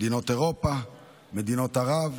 מדינות אירופה ומדינות ערב,